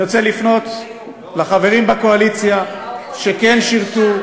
אני רוצה לפנות לחברים בקואליציה שכן שירתו,